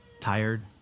tired